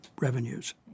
revenues